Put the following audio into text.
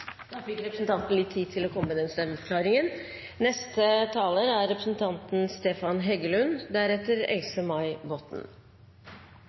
Da fikk representanten litt tid til å komme med denne stemmeforklaringen.